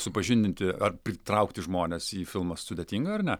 supažindinti ar pritraukti žmones į filmą sudėtinga ar ne